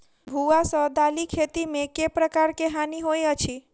भुआ सँ दालि खेती मे केँ प्रकार केँ हानि होइ अछि?